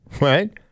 Right